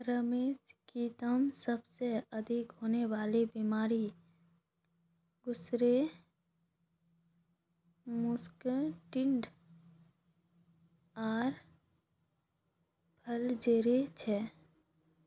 रेशमकीटत सबसे अधिक होने वला बीमारि ग्रासरी मस्कार्डिन आर फ्लैचेरी छे